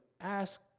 ask